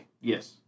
yes